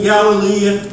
Galilee